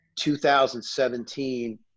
2017